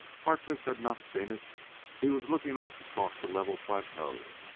harkness had not seen it he was looking off across the level plateau.